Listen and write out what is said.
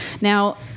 Now